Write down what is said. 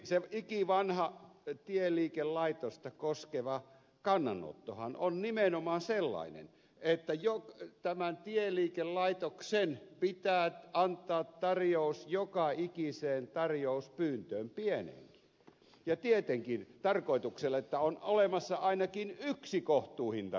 se ikivanha tieliikelaitosta koskeva kannanottohan on nimenomaan sellainen että tämän tieliikelaitoksen pitää antaa tarjous joka ikiseen tarjouspyyntöön pieneenkin ja tietenkin tarkoituksella että on olemassa ainakin yksi kohtuuhintainen